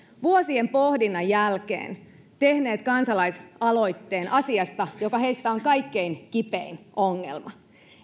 vuosien pohdinnan jälkeen tehneet kansalaisaloitteen asiasta joka heistä on kaikkein kipein ongelma